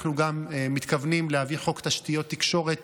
אנחנו גם מתכוונים להביא חוק תשתיות תקשורת